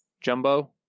Jumbo